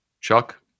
Chuck